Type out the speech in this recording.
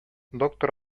доктор